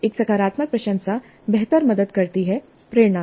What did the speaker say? एक सकारात्मक प्रशंसा बेहतर मदद करती है प्रेरणा में